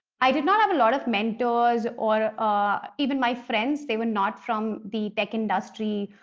i did not have a lot of mentors, or ah even my friends, they were not from the tech industry,